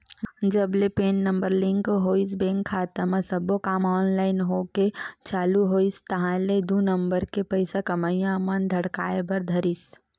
जब ले PAN number link होइस बेंक खाता म सब्बो काम ऑनलाइन होय के चालू होइस ताहले दू नंबर के पइसा कमइया मन पकड़ाय बर धरिस